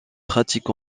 pratique